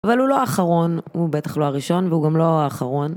אבל הוא לא האחרון, הוא בטח לא הראשון, והוא גם לא האחרון.